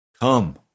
Come